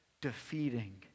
defeating